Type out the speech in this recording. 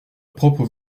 propre